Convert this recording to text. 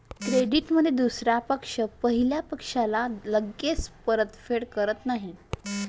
क्रेडिटमधील दुसरा पक्ष पहिल्या पक्षाला लगेच परतफेड करत नाही